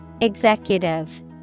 Executive